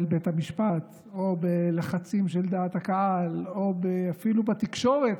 בית המשפט או בלחצים של דעת הקהל או אפילו בתקשורת.